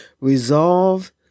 Resolve